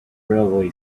railway